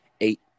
eight